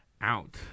out